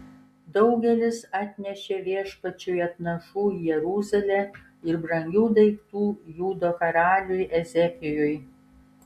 daugelis atnešė viešpačiui atnašų į jeruzalę ir brangių daiktų judo karaliui ezekijui